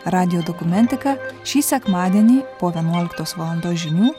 radijo dokumentika šį sekmadienį po vienuoliktos valandos žinių